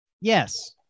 Yes